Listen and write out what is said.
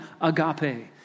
agape